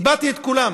איבדתי את כולם.